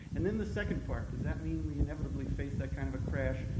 and then the second part, does that mean we inevitably face that kind of a crash?